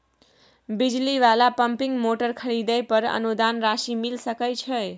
बिजली वाला pumping motor खरीदे पर अनुदान राशि मिल सके छैय?